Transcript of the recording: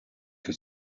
que